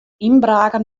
ynbraken